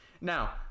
Now